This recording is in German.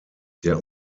der